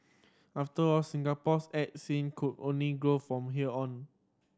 after all Singapore's art scene could only grow from here on